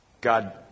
God